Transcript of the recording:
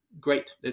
great